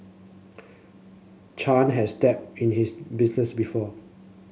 Chan had dabbled in his business before